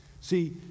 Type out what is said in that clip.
See